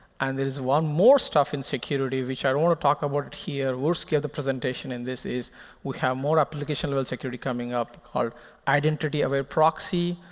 and there's one more stuff in security, which i don't want to talk about here gave the presentation in this is we have more application-level security coming up called identity aware proxy.